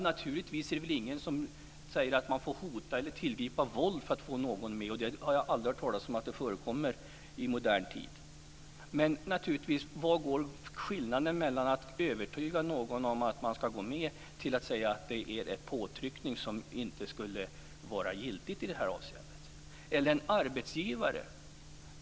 Naturligtvis är det ingen som säger att man får hota eller tillgripa våld för att få någon med. Det har jag aldrig hört talas om att det förekommer i modern tid. Men vad är skillnaden mellan att övertyga någon om att man ska gå med till att säga att det är en påtryckning som inte skulle vara giltig i det här avseendet? Ett exempel med en arbetsgivare.